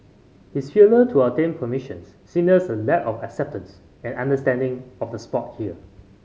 his failure to obtain permissions signals a lack of acceptance and understanding of the sport here